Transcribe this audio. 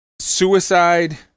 suicide